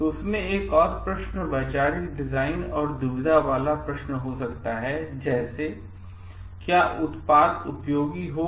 तो उसमें से एक प्रश्न वैचारिक डिजाइन और दुविधा वाला प्रश्न हो सकता है जैसे क्या उत्पाद उपयोगी होगा